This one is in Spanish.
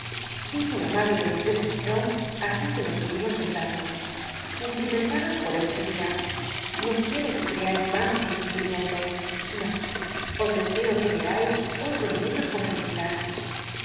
dijo la madrc de mistress strong así que nos hubimos sentado cumplimentaros por este dia no qniero que creais yanos mis cum plimientos no os deseo que veais otros muchos con felicidad